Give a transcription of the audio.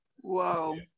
Whoa